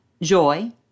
joy